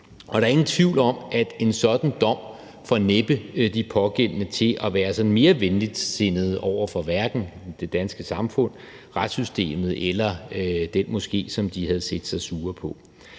Og der er ingen tvivl om, at en sådan dom næppe får de pågældende til at være sådan mere venligsindede over for det danske samfund, retssystemet eller den moské, som de havde set sig sure på.